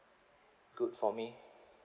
good for me